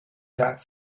that